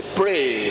pray